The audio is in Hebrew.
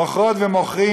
מוכרות ומוכרים,